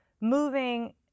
moving